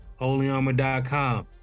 holyarmor.com